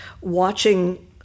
watching